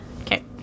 Okay